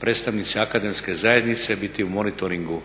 predstavnici akademske zajednice biti u monitoringu